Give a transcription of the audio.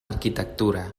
arquitectura